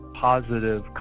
positive